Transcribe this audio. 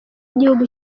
gihugu